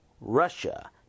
Russia